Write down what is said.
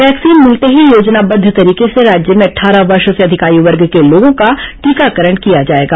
vaccine मिलते ही योजनाबद्ध तरीके से राज्य में अटठारह वर्ष से अधिक आय वर्ग के लोगों का टीकाकरण किया जाएगा